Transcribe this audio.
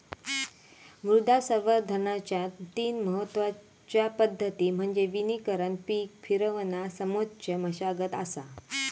मृदा संवर्धनाच्या तीन महत्वच्या पद्धती म्हणजे वनीकरण पीक फिरवणा समोच्च मशागत असा